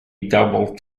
double